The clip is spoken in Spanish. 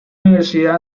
universidad